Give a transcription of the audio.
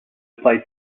played